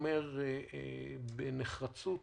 אך בנחרצות